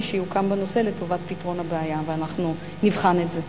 שיוקם בנושא לטובת פתרון הבעיה ואנחנו נבחן את זה.